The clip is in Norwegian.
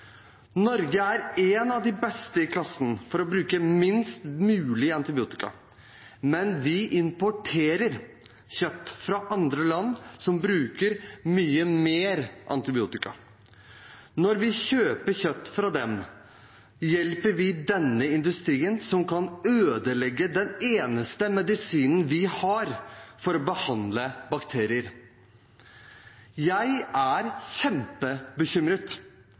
Norge er en av de beste i klassen når det gjelder å bruke minst mulig antibiotika. Men vi importerer kjøtt fra andre land som bruker mye mer antibiotika. Når vi kjøper kjøtt fra dem, hjelper vi denne industrien som kan ødelegge den eneste medisinen vi har for å behandle bakterier. Jeg er kjempebekymret